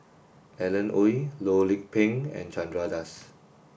Alan Oei Loh Lik Peng and Chandra Das